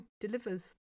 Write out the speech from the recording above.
delivers